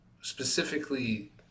specifically